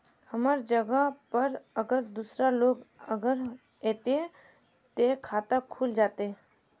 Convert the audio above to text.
हमर जगह पर अगर दूसरा लोग अगर ऐते ते खाता खुल जते?